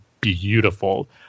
beautiful